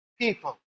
people